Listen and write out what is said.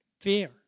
Fear